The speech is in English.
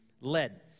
led